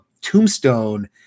tombstone